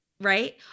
right